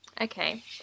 Okay